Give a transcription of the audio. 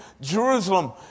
Jerusalem